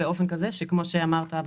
באופן כזה שכמו שאמרתי,